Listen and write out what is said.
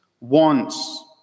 wants